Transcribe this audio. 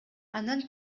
андан